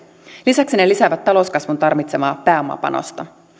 lisäksi ne lisäävät talouskasvun tarvitsemaa pääomapanosta